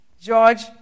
George